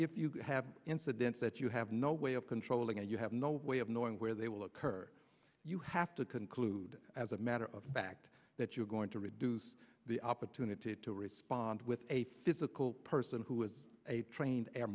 if you have incidents that you have no way of controlling and you have no way of knowing where they will occur you have to conclude as a matter of fact that you're going to reduce the opportunity to respond with a physical person who was a train